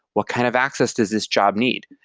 what kind of access does this job need?